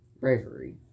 Bravery